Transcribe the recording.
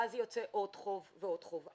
ואז יוצא עוד חוב ועוד חוב.